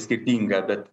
skirtinga bet